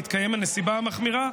בהתקיים הנסיבה המחמירה,